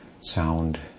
sound